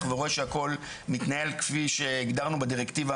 איפה המסה הגדולה ביותר של העולים?